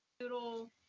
noodle